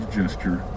gesture